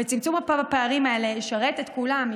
וצמצום הפערים האלה ישרת את כולם,